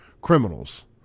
criminals